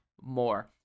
more